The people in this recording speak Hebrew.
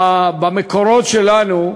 במקורות שלנו,